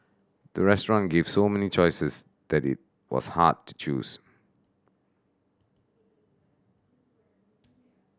the restaurant gave so many choices that it was hard to choose